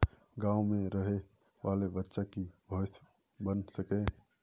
गाँव में रहे वाले बच्चा की भविष्य बन सके?